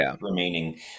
remaining